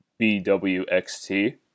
BWXT